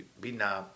Bina